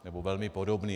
Nebo velmi podobný.